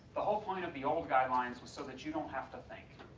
the whole point of the old guidelines was so that you don't have to think,